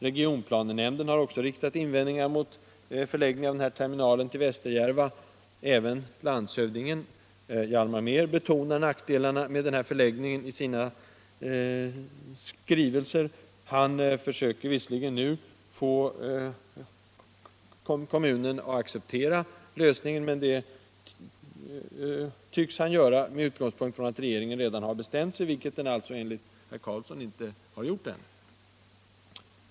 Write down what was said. Regionplanenämnden har också riktat invändningar = naler till Västerjär mot förläggning av den här terminalen till Västerjärva. Även landshöv = va dingen, Hjalmar Mehr, betonar i sina skrivelser nackdelarna med den här förläggningen. Han försöker visserligen nu få kommunen att acceptera lösningen, men det tycks han göra med utgångspunkten att regeringen redan har bestämt sig, vilken den alltså enligt herr Carlsson ännu inte har gjort.